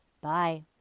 Bye